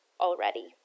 already